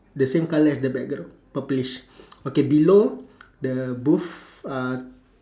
the same colour as the background purplish okay below the booth uh